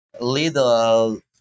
little